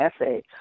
essay